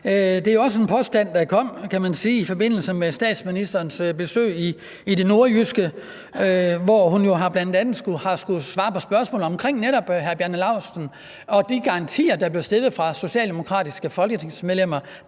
Det er også en påstand, der kom i forbindelse med statsministerens besøg i det nordjyske, hvor hun bl.a. skulle svare på spørgsmål om netop hr. Bjarne Laustsen og de garantier om en tredje Limfjordsforbindelse, der blev stillet fra socialdemokratiske folketingsmedlemmers